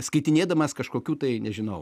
skaitinėdamas kažkokių tai nežinau